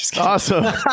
Awesome